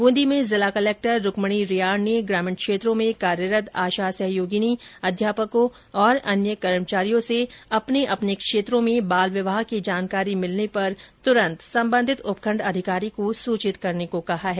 ब्रंदी में जिला कलेक्टर रूक्मणि रियार ने ग्रामीण क्षेत्रों में कार्यरत आशा सहयोगिनी अध्यापकों और अन्य कर्मचारियों से अपने क्षेत्रों में बाल विवाह की जानकारी मिलने पर तुरंत संबंधित उपखण्ड अधिकारी को सूचित करने को कहा है